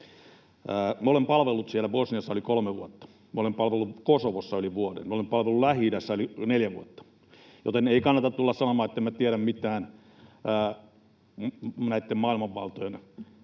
olen palvellut siellä Bosniassa yli kolme vuotta, olen palvellut Kosovossa yli vuoden, ja olen palvellut Lähi-idässä neljä vuotta, joten ei kannata tulla sanomaan, että en tiedä mitään maailmanvaltojen